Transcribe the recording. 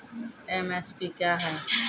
MSP क्या है?